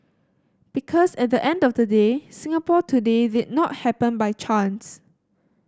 because at the end of the day Singapore today did not happen by chance